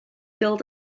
billed